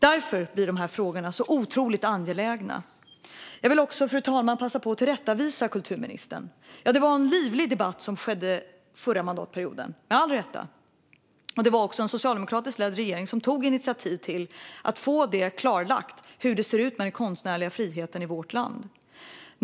Därför blir dessa frågor så otroligt angelägna. Fru talman! Låt mig också tillrättavisa kulturministern. Ja, det fördes en livlig debatt förra mandatperioden - med rätta - och den socialdemokratiskt ledda regeringen tog initiativ till att få klarlagt hur det står till med den konstnärliga friheten i vårt land.